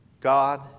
God